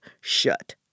shut